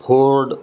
ford